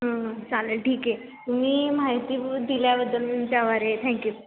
हां हां चालेल ठीक आहे तुम्ही माहिती दिल्याबद्दल मी तुमची आभारी आहे थँक्यू